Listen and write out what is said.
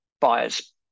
buyers